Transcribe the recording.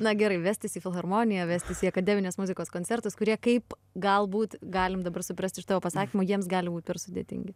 na gerai vestis į filharmoniją vestis į akademinės muzikos koncertus kurie kaip galbūt galim dabar suprast iš tavo pasakymo jiems gali būt per sudėtingi